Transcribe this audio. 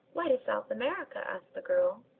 why to south america? asked the girl.